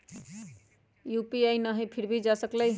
UPI न हई फिर भी जा सकलई ह?